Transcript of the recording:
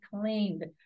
cleaned